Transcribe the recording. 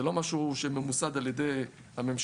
זה לא משהו שממוסד על ידי הממשלה.